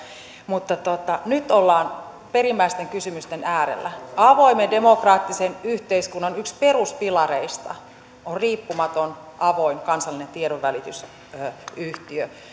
mutta nyt ollaan perimmäisten kysymysten äärellä avoimen demokraattisen yhteiskunnan yksi peruspilareista on riippumaton avoin kansallinen tiedonvälitysyhtiö